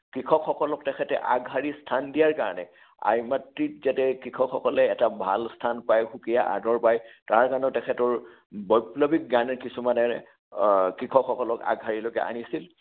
কৃষকসকলক তেখেতে আগশাৰীৰ স্থান দিয়াৰ কাৰণে আই মাতৃক যাতে কৃষকসকলে এটা ভাল স্থান পায় সুকীয়া আদৰ পায় তাৰ কাৰণেও তেখেতৰ বৈপ্লৱীক গান কিছুমানেৰে কৃষকসকলক আগশাৰীলৈকে আনিছিল